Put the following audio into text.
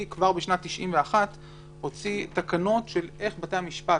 כבר בשנת 1991 שר המשפטים הוציא תקנות איך בתי המשפט